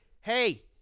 Hey